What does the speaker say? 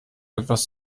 etwas